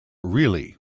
really